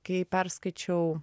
kai perskaičiau